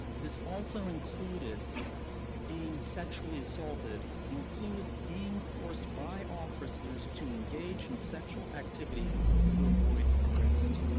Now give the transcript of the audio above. this also included being sexually assaulted, included being forced by officers to engage in sexual activity to avoid arrest.